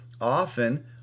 often